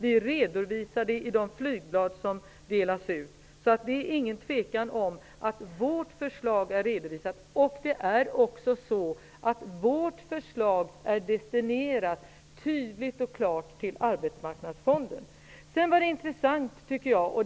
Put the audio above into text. Vi redovisar det i de flygblad som delas ut. Det är alltså inget tvivel om att vårt förslag har redovisats. I vårt förslag är pengarna också tydligt och klart destinerade till Arbetsmarknadsfonden.